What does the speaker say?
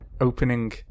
opening